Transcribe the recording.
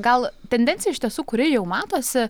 gal tendencija iš tiesų kuri jau matosi